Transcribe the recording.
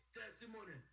testimony